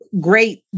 Great